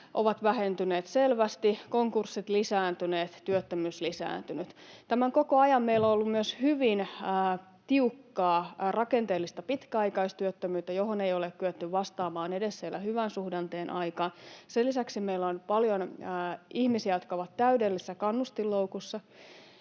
ovat vähentyneet selvästi, konkurssit lisääntyneet, työttömyys lisääntynyt. Tämän koko ajan meillä on ollut myös hyvin tiukkaa rakenteellista pitkäaikaistyöttömyyttä, johon ei ole kyetty vastaamaan edes siellä hyvän suhdanteen aikana. Sen lisäksi meillä on paljon ihmisiä, jotka ovat täydellisessä kannustinloukussa,